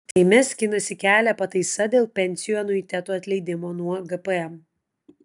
seime skinasi kelią pataisa dėl pensijų anuitetų atleidimo nuo gpm